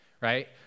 right